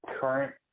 current